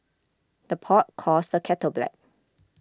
the pot calls the kettle black